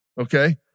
okay